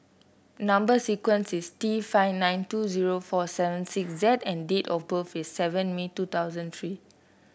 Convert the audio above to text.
number sequence is T five nine two zero four seven six Z and date of birth is seven May two thousand three